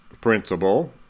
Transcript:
principle